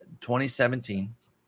2017